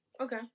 Okay